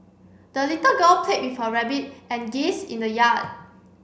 the little girl played with her rabbit and geese in the yard